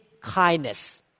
kindness